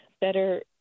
better